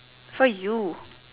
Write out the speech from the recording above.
for you